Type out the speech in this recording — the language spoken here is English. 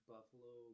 Buffalo